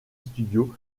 studios